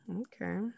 okay